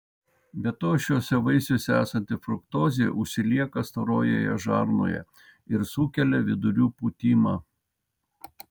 be to šiuose vaisiuose esanti fruktozė užsilieka storojoje žarnoje ir sukelia vidurių pūtimą